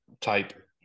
type